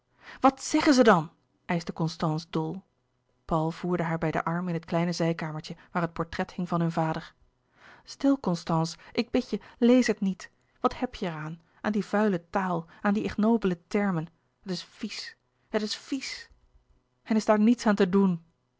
wat zeggen ze dan eischte constance dol paul voerde haar bij den arm in het kleine zijkamertje waar het portret hing van hun vader stil constance ik bid je lees het niet wat heb je er aan aan die vuile taal aan die ignobele termen het is vies het is vies louis couperus de boeken der kleine zielen en is daar niets aan te doen